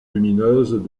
lumineuses